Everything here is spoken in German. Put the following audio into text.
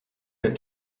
der